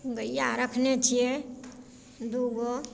गैया रखने छियै दूगो